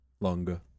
Longer